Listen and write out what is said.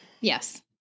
Yes